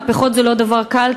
ומהפכות זה לא דבר קל,